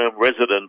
resident